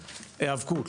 היאבקות,